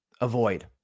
avoid